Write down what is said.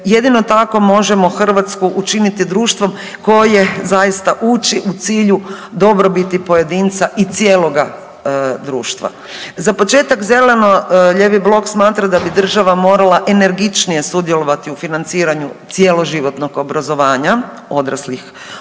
jedino tako možemo Hrvatsku učinit društvom koje zaista uči u cilju dobrobiti pojedinca i cijeloga društva. Za početak zeleno-lijevi blok smatra da bi država morala energičnije sudjelovati u financiranju cjeloživotnog obrazovanja odraslih osoba.